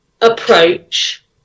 approach